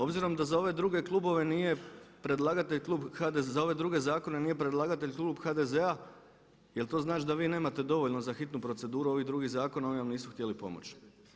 Obzirom da za ove druge klubove nije predlagatelj klub HDZ-a, za ove druge zakone nije predlagatelj klub HDZ-a je li to znači da vi nemate dovoljno za hitnu proceduru ovih drugih zakona a ovi vam nisu htjeli pomoći.